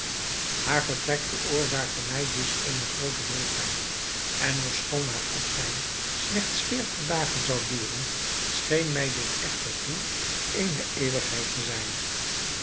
haar vertrek veroorzaakte mij dus eene groote droefheid en ofschoon haar afzijn slechts veertig dagen zou duren scheen mij dit echter toe eene eeuwigheid te zijn